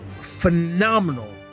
Phenomenal